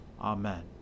Amen